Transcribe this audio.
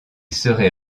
serait